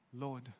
Lord